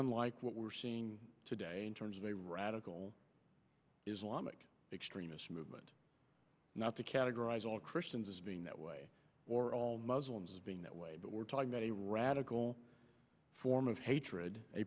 unlike what we're seeing today in terms of a radical islamic extremist movement not to categorize all christians as being that way or all muslims as being that way but we're talking about a radical form of hatred a